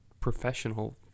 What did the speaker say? professional